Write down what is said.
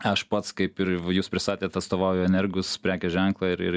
aš pats kaip ir jūs pristatėt atstovauju energus prekės ženklui ir ir